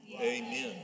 Amen